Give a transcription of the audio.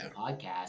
podcast